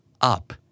up